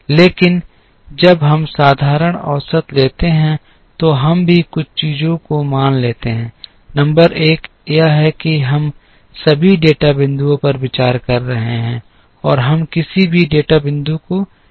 लेकिन जब हम साधारण औसत लेते हैं तो हम भी कुछ चीजों को मान लेते हैं नंबर एक यह है कि हम सभी डेटा बिंदुओं पर विचार कर रहे हैं और हम किसी भी डेटा बिंदु को नहीं छोड़ रहे हैं